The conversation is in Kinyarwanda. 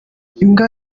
imbwa